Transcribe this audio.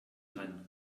ran